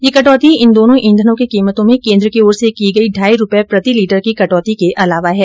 यह कटौती इन दोनों ईंधनों की कीमतों में केंद्र की ओर से की गई ढाई रुपये प्रति लीटर की कटौती के अलावा है